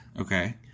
Okay